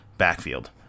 backfield